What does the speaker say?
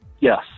Yes